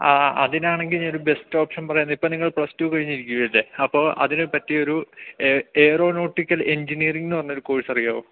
ആ അതിനാണെങ്കിൽ ഞാനൊരു ബെസ്റ്റ് ഓപ്ഷൻ പറയുന്നത് ഇപ്പം നിങ്ങൾ പ്ലസ് ടു കഴിഞ്ഞിരിക്കുകയല്ലേ അപ്പോൾ അതിനു പറ്റിയ ഒരു ഏറോനോട്ടിക്കൽ എഞ്ചിനീയറിംഗെന്ന് പറഞ്ഞൊരു കോഴ്സ് അറിയാമോ